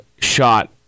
shot